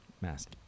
Mask